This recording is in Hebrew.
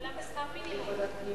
כולם בשכר מינימום.